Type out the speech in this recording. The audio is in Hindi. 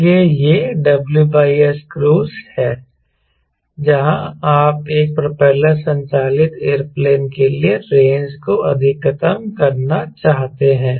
इसलिए यह WSCruise है जहाँ आप एक प्रोपेलर संचालित एयरप्लेन के लिए रेंज को अधिकतम करना चाहते हैं